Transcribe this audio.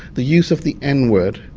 the use of the n-word,